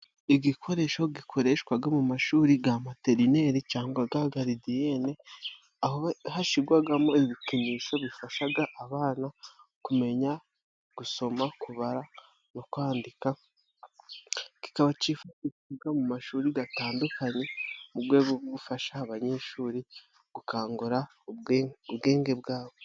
Igikoresho gikoreshwa mu mashuri ya materineri cyangwa garidiyene, aho hashyirwamo ibikinisho bifasha abana kumenya gusoma, kubara no kwandika, kibaga cuifashishwa mu mashuri atandukanye, mu rwe rwo gufasha abanyeshuri gukangura ubwenge bwabo.